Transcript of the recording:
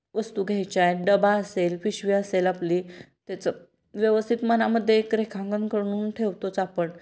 वस्तू घ्यायच्या आहे डबा असेल पिशवी असेल आपली त्याचं व्यवस्थित मनामध्ये एक रेखांकन करून ठेवतोच आपण